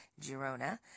Girona